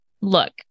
Look